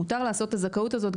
מותר לעשות את הזכאות הזאת,